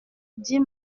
dit